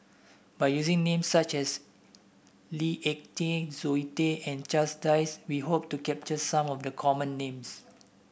by using names such as Lee Ek Tieng Zoe Tay and Charles Dyce we hope to capture some of the common names